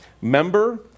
member